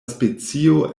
specio